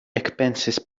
ekpensis